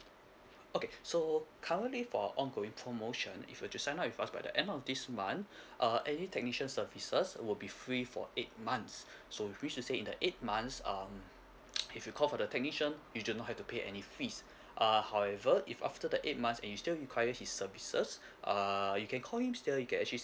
okay so currently for ongoing promotion if you're to sign up with us by the end of this month uh any technician services will be free for eight months so which mean to say in the eight months um if you call for the technician you do not have to pay any fees err however if after the eight months and you still require his services err you can call him still you can actually